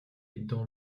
dans